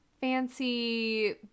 fancy